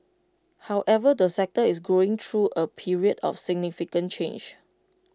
however the sector is going through A period of significant change